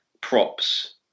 props